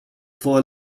for